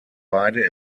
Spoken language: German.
beide